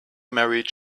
married